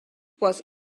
was